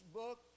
book